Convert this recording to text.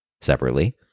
Separately